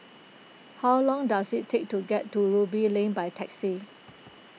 how long does it take to get to Ruby Lane by taxi